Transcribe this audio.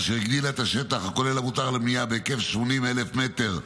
אשר הגדילה את השטח הכולל המותר לבנייה בהיקף של 80,000 מטר לפחות,